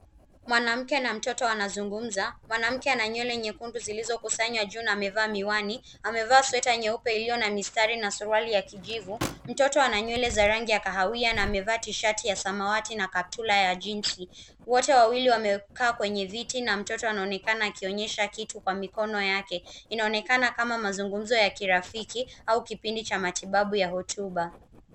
Mwanamke na mtoto wanazungumza, mwanamke ana nywele nyekundu zilizokusanywa juu na amevaa miwani. Amevaa sweta nyeupe iliyo na mistari na suruali ya kijivu. Mtoto ana nywele za rangi ya kahawia na amevaa tishati ya samawati na kaptula ya jinsi. Wote wawili wamekaa kwenye viti na mtoto anaonekana akionyesha kitu kwa mikono yake. Inaonekana kama mazungumzo ya kirafiki au kipindi cha matibabu ya hotuba.